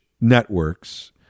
networks